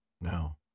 No